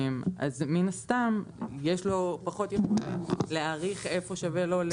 אז מן הסתם יש לו פחות יכולת להעריך איפה שווה לו.